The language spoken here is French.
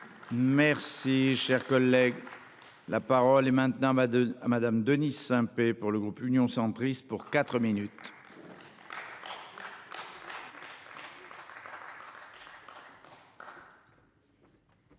Merci cher collègue. La parole est maintenant ma de madame Denise Saint-Pé pour le groupe Union centriste pour 4 minutes.